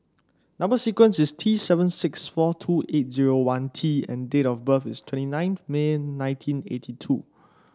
number sequence is T seven six four two eight zero one T and date of birth is twenty nineth May nineteen eighty two